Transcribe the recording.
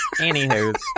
Anywho